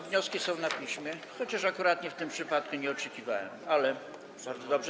Wnioski są na piśmie, chociaż akurat ich w tym przypadku nie oczekiwałem, ale bardzo dobrze.